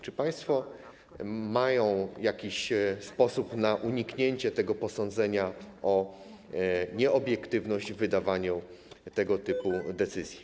Czy państwo mają jakiś sposób na uniknięcie posądzenia o nieobiektywność w wydawaniu tego typu decyzji?